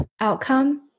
outcome